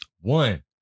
One